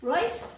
Right